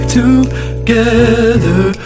together